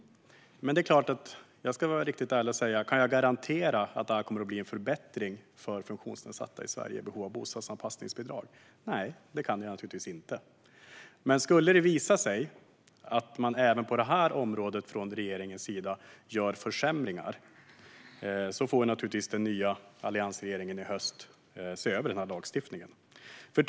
Men jag ska vara riktigt ärlig: Kan jag garantera att detta kommer att bli en förbättring för funktionsnedsatta i Sverige i behov av bostadsanpassningsbidrag? Nej, det kan jag naturligtvis inte. Men om det skulle visa sig att regeringen även på detta område gör försämringar får naturligtvis den nya alliansregeringen i höst se över denna lagstiftning. Fru talman!